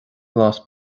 glas